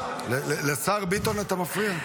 לשר ביטון אתה מפריע?